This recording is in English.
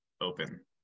open